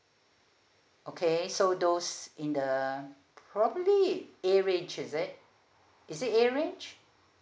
okay so those in the probably A range is it is it A range